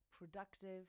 productive